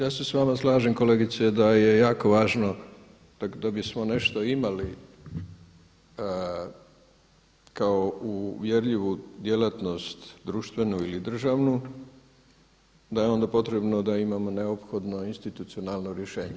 Ja se s vama slažem kolegice da je jako važno da bismo nešto imali kao uvjerljivu djelatnost društvenu ili državnu, da je onda potrebno da imamo neophodno institucionalno rješenje.